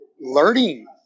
learning